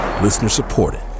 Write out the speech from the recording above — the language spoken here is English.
Listener-supported